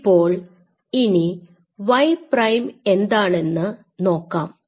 ഇപ്പോൾ ഇനി Y prime എന്താണെന്ന് നോക്കാം